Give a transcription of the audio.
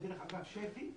אולי דרך אגף שפ"י.